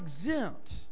exempt